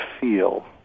feel